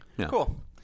cool